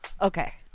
Okay